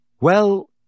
Well